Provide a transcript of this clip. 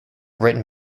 written